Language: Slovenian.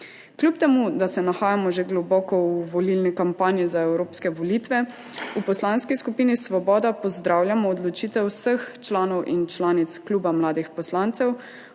Kljub temu, da se nahajamo že globoko v volilni kampanji za evropske volitve, v Poslanski skupini Svoboda pozdravljamo odločitev vseh članov in članic Kluba mladih poslancev,